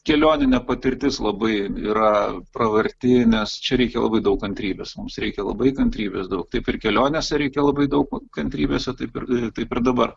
kelioninė patirtis labai yra pravarti nes čia reikia labai daug kantrybės mums reikia labai kantrybės daug taip ir kelionėse reikia labai daug kantrybėse taip ir taip ir dabar